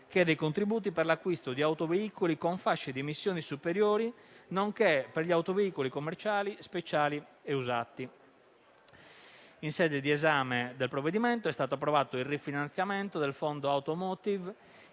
che dei contributi per l'acquisto di autoveicoli con fasce di emissione superiori nonché per gli autoveicoli commerciali speciali e usati. In sede di esame del provvedimento è stato approvato il rifinanziamento del fondo automotive